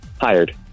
Hired